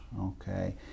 okay